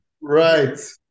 Right